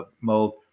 mode